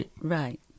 right